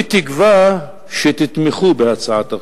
ואני תקווה שתתמכו בהצעת החוק,